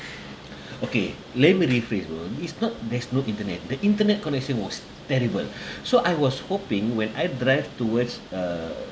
okay let me rephrase bro is not there's no internet the internet connection was terrible so I was hoping when I drive towards uh